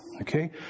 okay